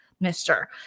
mister